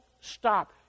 stop